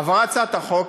עברה הצעת החוק,